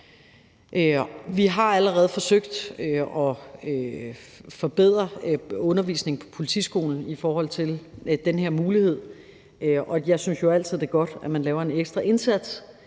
Vi har allerede forsøgt at forbedre undervisningen på politiskolen i forhold til den her mulighed, og jeg synes jo altid, at det er godt, at man laver en ekstra indsats